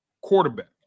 quarterback